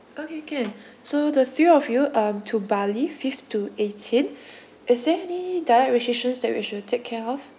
okay can so the three of you um to bali fifth to eighteen is there any diet restrictions that we should take care of